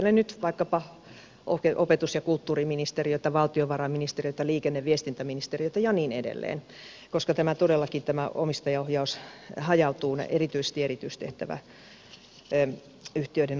ajattelen nyt vaikkapa opetus ja kulttuuriministeriötä valtiovarainministeriötä liikenne ja viestintäministeriötä ja niin edelleen koska todellakin tämä omistajaohjaus hajautuu erityisesti erityistehtäväyhtiöiden osalta